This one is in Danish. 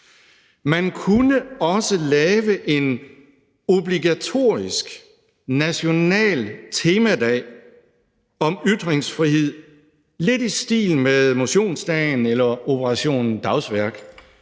Man kunne også lave en obligatorisk national temadag om ytringsfrihed – lidt i stil med motionsdagen eller Operation Dagsværk.